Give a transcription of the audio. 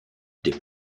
des